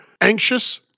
anxious